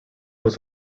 was